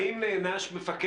האם אי פעם נענש מפקד?